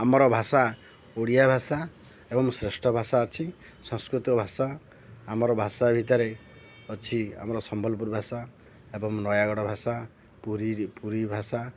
ଆମର ଭାଷା ଓଡ଼ିଆ ଭାଷା ଏବଂ ଶ୍ରେଷ୍ଠ ଭାଷା ଅଛି ସଂସ୍କୃତି ଭାଷା ଆମର ଭାଷା ଭିତରେ ଅଛି ଆମର ସମ୍ବଲପୁର ଭାଷା ଏବଂ ନୟାଗଡ଼ ଭାଷା ପୁରୀ ପୁରୀ ଭାଷା